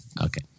Okay